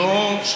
אנחנו לא יודעים.